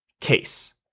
case